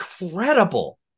incredible